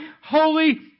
holy